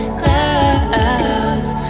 clouds